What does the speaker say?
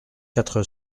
quatre